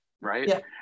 right